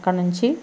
అక్కడ నుంచి